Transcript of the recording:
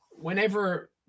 whenever